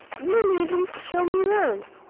you needn't show me round.